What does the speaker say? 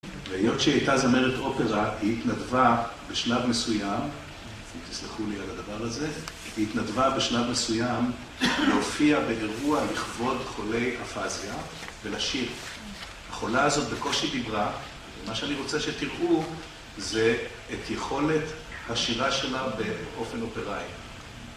והיות שהיא הייתה זמרת אופרה, היא התנדבה בשלב מסוים תסלחו לי על הדבר הזה היא התנדבה בשלב מסוים להופיע באירוע לכבוד חולי אפאזיה ולשיר החולה הזאת בקושי דיברה ומה שאני רוצה שתראו זה את יכולת השירה שלה באופן אופראי